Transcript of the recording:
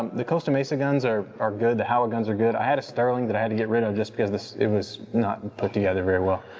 um the costa mesa guns are are good. the howa guns are good. i had a sterling that i had to get rid of just because it was not and put together very well.